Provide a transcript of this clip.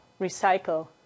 recycle